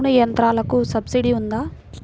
నూనె యంత్రాలకు సబ్సిడీ ఉందా?